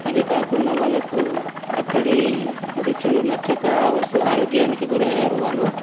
అది కాకుండా వాళ్ళకు అక్కడి రుచులు నచ్చక ఆరోగ్యానికి గురయ్యారు వాళ్ళు